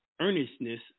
earnestness